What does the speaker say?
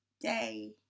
day